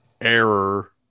error